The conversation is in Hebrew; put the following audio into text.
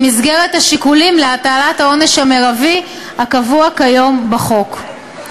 במסגרת השיקולים להטלת העונש המרבי הקבוע כיום בחוק.